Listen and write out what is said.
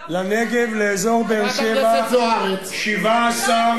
לנגב, לאזור באר-שבע, הבלוף הזה נחשף.